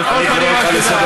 אז למה אתה עונה?